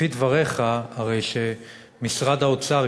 לפי דבריך הרי שמשרד האוצר,